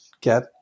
get